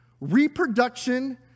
reproduction